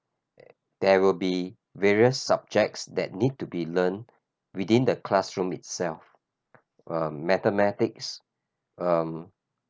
there will be various subjects that need to be learned within the classroom itself um mathematics um